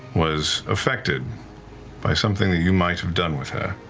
was affected by something that you might have done with her.